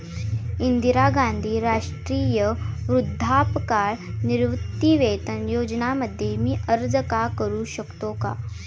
इंदिरा गांधी राष्ट्रीय वृद्धापकाळ निवृत्तीवेतन योजना मध्ये मी अर्ज का करू शकतो का?